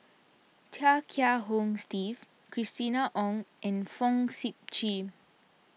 Chia Kiah Hong Steve Christina Ong and Fong Sip Chee